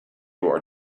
our